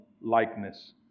likeness